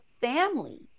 family